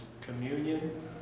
communion